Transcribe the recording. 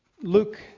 Luke